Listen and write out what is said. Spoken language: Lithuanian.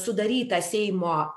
sudaryta seimo